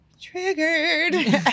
triggered